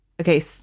okay